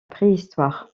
préhistoire